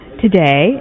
today